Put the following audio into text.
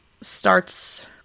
starts